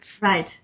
right